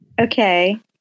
Okay